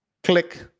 click